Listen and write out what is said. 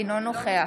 אינו משתתף